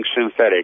synthetic